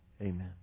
Amen